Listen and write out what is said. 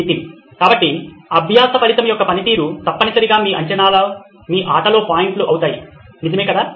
నితిన్ కాబట్టి అభ్యాస ఫలితం యొక్క పనితీరు తప్పనిసరిగా మీ అంచనాలో మీ ఆటలో పాయింట్లు అవుతుంది నిజమేకదా